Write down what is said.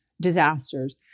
disasters